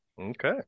Okay